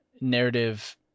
narrative